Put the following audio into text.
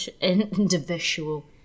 individual